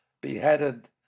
beheaded